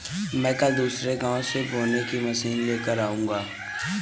मैं कल दूसरे गांव से बोने की मशीन लेकर आऊंगा